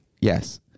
yes